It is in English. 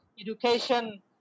education